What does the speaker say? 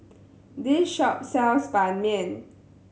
this shop sells Ban Mian